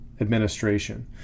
administration